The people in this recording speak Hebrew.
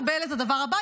קבל את הדבר הבא,